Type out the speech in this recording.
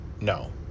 no